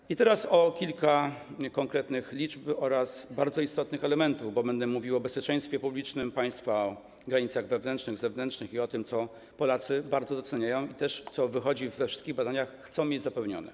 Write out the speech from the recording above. I teraz kilka konkretnych liczb oraz bardzo istotnych elementów, bo będę mówił o bezpieczeństwie publicznym państwa, o granicach wewnętrznych, zewnętrznych i o tym, co Polacy bardzo doceniają - co wynika ze wszystkich badań - i co chcą mieć zapewnione.